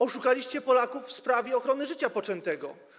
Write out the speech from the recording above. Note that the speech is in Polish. Oszukaliście Polaków w sprawie ochrony życia poczętego.